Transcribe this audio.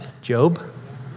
Job